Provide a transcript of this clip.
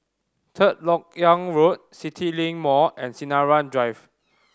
Third Lok Yang Road CityLink Mall and Sinaran Drive